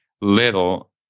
little